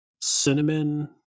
cinnamon